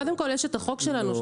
קודם כל יש את החוק שלנו,